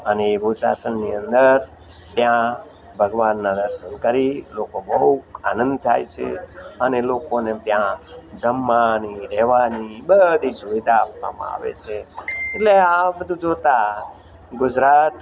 અને એ બોચાસણની અંદર ત્યાં ભગવાનનાં દર્શન કરી લોકો બહુ આનંદ થાય છે અને લોકોને ત્યાં જમવાની રહેવાની બધી સુવિધા આપવામાં આવે છે એટલે આ બધું જોતાં ગુજરાત